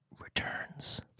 returns